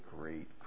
great